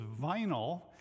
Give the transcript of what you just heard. vinyl